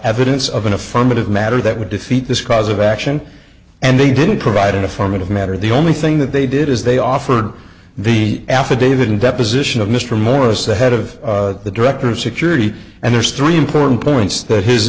evidence of an affirmative matter that would defeat this cause of action and they didn't provide an affirmative matter the only thing that they did is they offered the affidavit in deposition of mr morris the head of the director of security and there's three important points that his